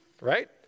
right